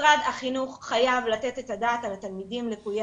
משרד החינוך חייב לתת את הדעת על התלמידים לקויי